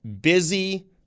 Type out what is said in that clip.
busy